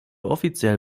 offiziell